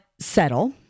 settle